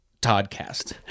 Toddcast